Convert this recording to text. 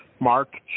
Mark